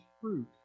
fruit